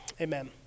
Amen